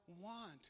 want